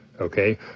okay